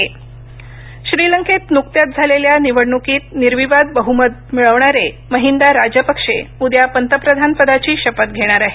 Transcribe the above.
राजपक्षे श्रीलंकेत नुकत्या झालेल्या निवडणुकीत निर्विवाद बहुमत मिळवणारे महिंदा राजपक्षे उद्या पंतप्रधानपदाची शपथ घेणार आहेत